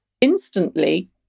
instantly